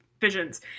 visions